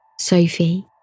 Sophie